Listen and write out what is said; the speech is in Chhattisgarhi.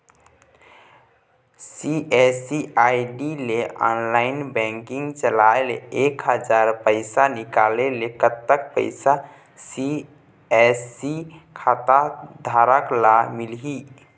सी.एस.सी आई.डी ले ऑनलाइन बैंकिंग चलाए ले एक हजार पैसा निकाले ले कतक पैसा सी.एस.सी खाता धारक ला मिलही?